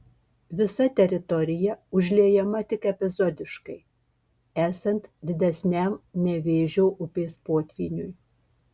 visa teritorija užliejama tik epizodiškai esant didesniam nevėžio upės potvyniui